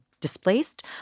displaced